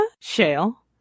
Shale